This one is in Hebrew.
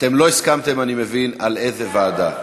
אתם לא הסכמתם, אני מבין, לאיזו ועדה.